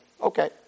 Okay